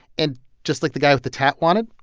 and just like the guy with the tat wanted,